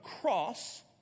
cross